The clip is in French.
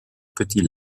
petit